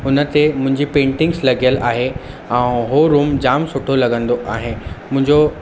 हुन ते मुंहिंजी पेंटिंग्स लॻियलु आहे ऐं उहो रूम जामु सुठो लॻंदो आहे मुंहिंजो